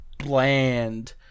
bland